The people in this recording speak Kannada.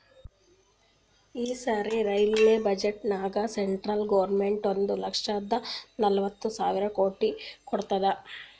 ಈ ಸರಿ ರೈಲ್ವೆ ಬಜೆಟ್ನಾಗ್ ಸೆಂಟ್ರಲ್ ಗೌರ್ಮೆಂಟ್ ಒಂದ್ ಲಕ್ಷದ ನಲ್ವತ್ ಸಾವಿರ ಕೋಟಿ ಕೊಟ್ಟಾದ್